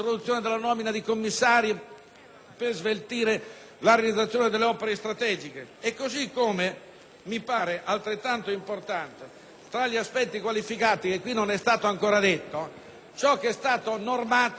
per sveltire la realizzazione delle opere strategiche, così come - mi pare altrettanto importante tra gli aspetti qualificanti e qui non è stato ancora detto - ciò che è stato previsto in tema di autotrasporto.